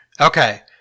Okay